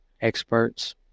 experts